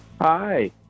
Hi